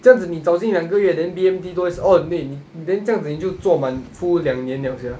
这样子你早进两个月 then B_M_T is all the way 你 then 这样子你就做满 full 两年 liao sia